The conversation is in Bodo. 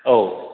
औ